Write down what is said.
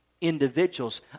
individuals